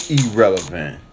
irrelevant